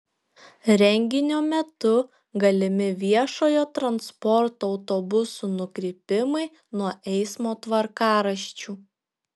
renginio metu galimi viešojo transporto autobusų nukrypimai nuo eismo tvarkaraščių